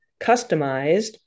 customized